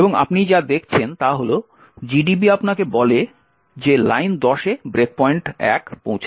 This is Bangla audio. এবং আপনি যা দেখছেন তা হল gdb আপনাকে বলে যে লাইন 10 এ ব্রেক পয়েন্ট 1 পৌঁছেছে